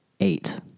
Eight